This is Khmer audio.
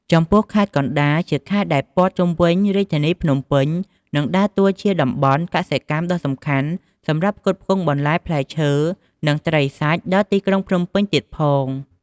ចំពោះខេត្តកណ្ដាល ជាខេត្តព័ទ្ធជុំវិញរាជធានីភ្នំពេញ និងដើរតួនាទីជាតំបន់កសិកម្មដ៏សំខាន់សម្រាប់ផ្គត់ផ្គង់បន្លែ ផ្លែឈើ និងត្រីសាច់ដល់ទីក្រុងភ្នំពេញទៀតផង។